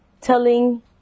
telling